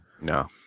No